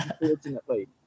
unfortunately